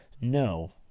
No